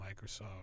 Microsoft